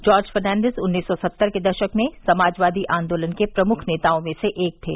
George Fernandes उन्नीस सौ सत्तर के दशक में समाजवादी आंदोलन के प्रमुख नेताओं में से एक थे